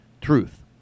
Truth